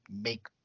make